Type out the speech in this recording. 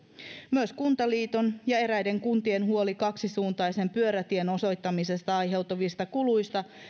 myös kuntaliiton ja eräiden kuntien huoli kaksisuuntaisen pyörätien osoittamisesta aiheutuvista kuluista